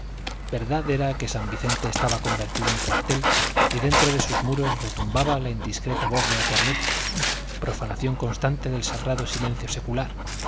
verdad era que san vicente estaba convertido en cuartel y dentro de sus muros retumbaba la indiscreta voz de la corneta profanación constante del sagrado silencio secular